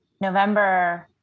november